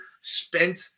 spent